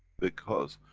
because,